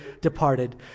departed